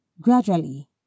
Gradually